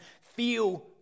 feel